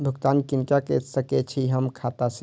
भुगतान किनका के सकै छी हम खाता से?